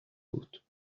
بود